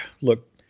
look